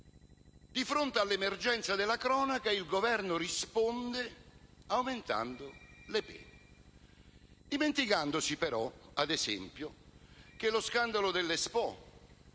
Di fronte all'emergenza della cronaca, il Governo risponde aumentando le pene, dimenticandosi, però, ad esempio, che lo scandalo dell'Expo,